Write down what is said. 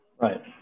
Right